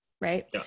Right